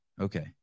Okay